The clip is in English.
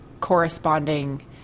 corresponding